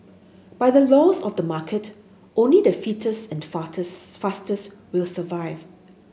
by the laws of the market only the fittest and fastest will survive